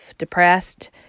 depressed